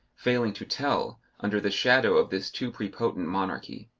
failing to tell, under the shadow of this too prepotent monarchy.